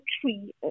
Tree